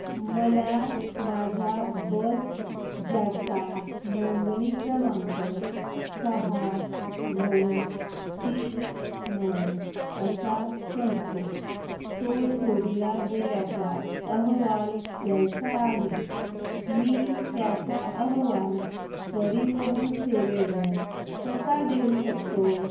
मला माझा बस ज्याचा नोंदणी क्रमांक सहा नऊ तीन नऊ असा संपतो तो चोरीला गेल्याचा अहवाल द्यायचा आहे मी त्याचा अहवाल परिवहन सेवेवर कसा देऊ शकतो